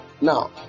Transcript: Now